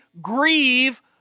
grieve